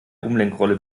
umlenkrolle